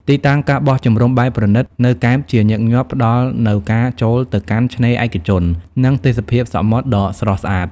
ទីតាំង ការបោះជំរំបែបប្រណីត នៅកែបជាញឹកញាប់ផ្តល់នូវការចូលទៅកាន់ឆ្នេរឯកជន និងទេសភាពសមុទ្រដ៏ស្រស់ស្អាត។